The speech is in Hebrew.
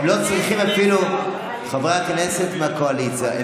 חברי הכנסת מהקואליציה,